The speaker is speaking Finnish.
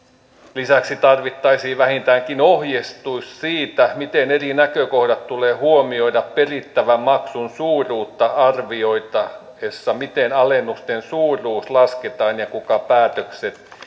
lisäksi tarvittaisiin vähintäänkin ohjeistus siitä miten eri näkökohdat tulee huomioida perittävän maksun suuruutta arvioitaessa miten alennusten suuruus lasketaan ja kuka päätökset